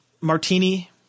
martini